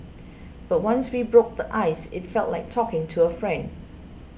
but once we broke the ice it felt like talking to a friend